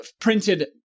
printed